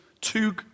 two